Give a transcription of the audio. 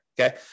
okay